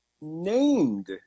named